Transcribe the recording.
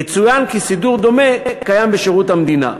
יצוין כי סידור דומה קיים בשירות המדינה.